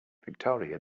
victoria